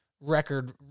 record